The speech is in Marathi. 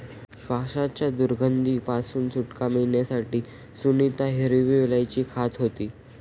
श्वासाच्या दुर्गंधी पासून सुटका मिळवण्यासाठी सुनीता हिरवी वेलची खात होती